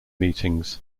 meetings